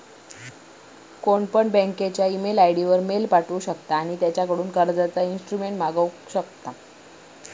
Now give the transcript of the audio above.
कोणपण बँकेच्या email ID वर मेल पाठवु शकता आणि त्यांच्याकडून कर्जाचा ईस्टेटमेंट मागवु शकता